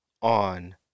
on